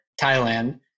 Thailand